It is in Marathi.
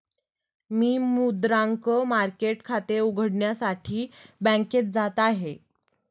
मी मुद्रांक मार्केट खाते उघडण्यासाठी बँकेत जात आहे